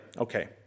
Okay